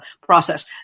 process